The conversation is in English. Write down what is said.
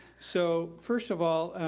so first of all,